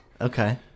Okay